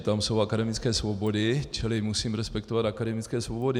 Tam jsou akademické svobody, čili musím respektovat akademické svobody.